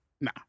Nah